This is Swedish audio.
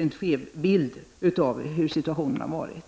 en skev bild av situationen.